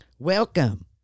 Welcome